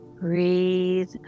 breathe